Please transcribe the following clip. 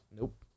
Nope